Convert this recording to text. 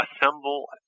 assemble